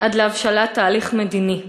עד להבשלת תהליך מדיני,